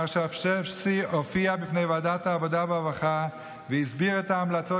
מר שרשבסקי הופיע בפני ועדת העבודה והרווחה והסביר את ההמלצות